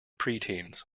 preteens